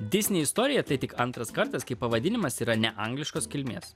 disney istorija tai tik antras kartas kai pavadinimas yra ne angliškos kilmės